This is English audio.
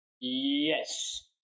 Yes